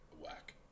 whack